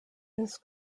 this